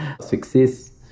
success